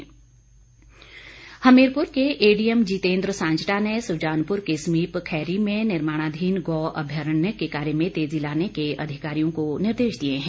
निर्देश हमीरपुर के एडीएम जितेन्द्र सांजटा ने सुजानपुर के समीप खैरी में निर्माणाधीन गौ अभ्यारण्य के कार्य में तेजी लाने के अधिकारियों को निर्देश दिए हैं